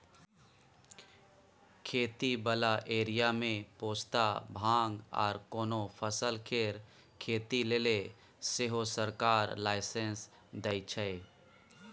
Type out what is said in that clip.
खेती बला एरिया मे पोस्ता, भांग आर कोनो फसल केर खेती लेले सेहो सरकार लाइसेंस दइ छै